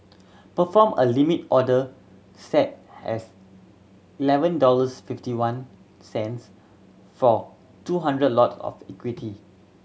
perform a Limit order set as eleven dollars fifty one cents for two hundred lot of equity